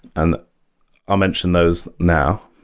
and ah mention those now.